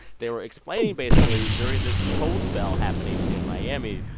they were explaining basically during this cold spell happening in miami,